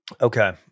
Okay